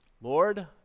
Lord